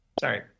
Sorry